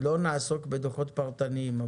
לא נעסוק בדוחות פרטניים,